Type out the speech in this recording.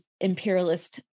imperialist